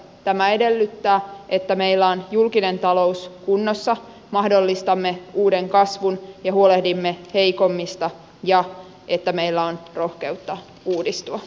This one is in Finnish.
tämä edellyttää että meillä on julkinen talous kunnossa mahdollistamme uuden kasvun ja huolehdimme heikommista ja että meillä on rohkeutta uudistua